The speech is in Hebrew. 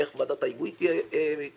איך ועדת ההיגוי תהיה מורכבת,